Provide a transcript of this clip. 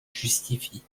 justifie